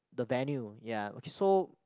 the venue ya okay so